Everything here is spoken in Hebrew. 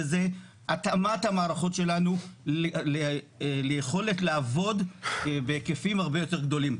התאמת המערכות שלנו ליכולת לעבוד בהיקפים הרבה יותר גדולים.